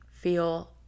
feel